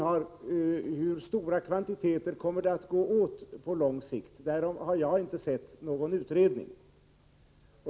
Hur stora kvantiteter kalksten kommer det att gå åt på lång sikt? Därom har jag inte sett någon utredning.